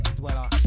dweller